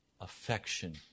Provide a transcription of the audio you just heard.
affection